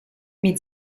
mit